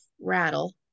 rattle